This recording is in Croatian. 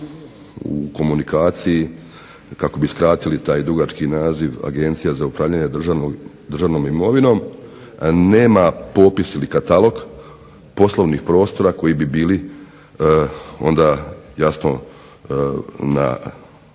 u komunikaciji kako bi skratili taj dugački naziv Agencija za upravljanje državnom imovinom nema popis ili katalog poslovnih prostora koji bi bili onda jasno